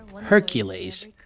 Hercules